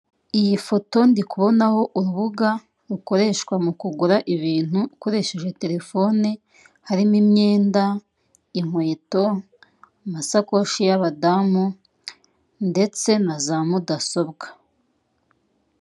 Iyii foto ndi kubonaho urubuga rukoreshwa mu kugura ibintu ukoresheje telefoni, harimo imyenda, inkweto amasakoshi y'abadamu ndetse na za mudasobwa.